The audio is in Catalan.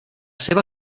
seva